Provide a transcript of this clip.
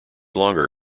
longer